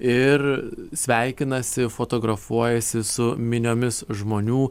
ir sveikinasi fotografuojasi su miniomis žmonių